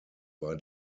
war